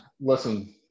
listen